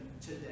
today